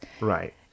Right